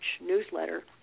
newsletter